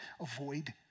avoid